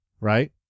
Right